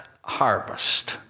harvest